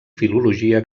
filologia